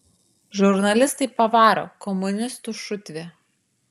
žurnalistai pavaro komunistų šutvė